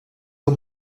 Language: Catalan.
del